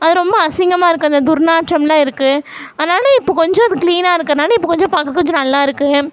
அது ரொம்ப அசிங்கமா இருக்குது அந்த துர்நாற்றம்லாம் இருக்குது அதனால இப்போ கொஞ்சம் அது க்ளீனாக இருக்கிறனால இப்போ கொஞ்சம் பார்க்க கொஞ்சம் நல்லா இருக்குது